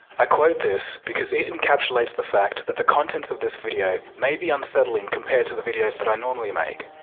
i quote this because it encapsulates the fact that the contents of this video may be unsettling compared to the videos that i normally make.